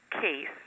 case